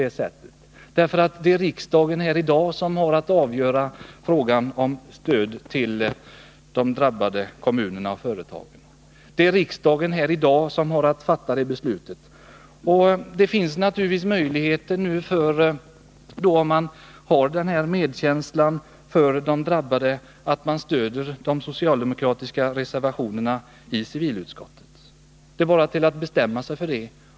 Det är riksdagen som här och nu har att avgöra frågan om stöd till de drabbade kommunerna och företagen. Det finns möjligheter för den som hyser medkänsla med de drabbade att stödja de socialdemokratiska reservationerna i civilutskottet. Det är bara att bestämma sig för det.